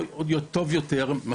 טוב יותר.